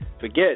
forget